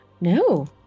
no